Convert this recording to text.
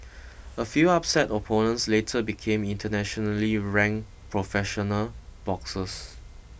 a few upset opponents later became internationally ranked professional boxers